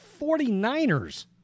49ers